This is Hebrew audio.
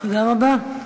תודה רבה.